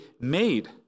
made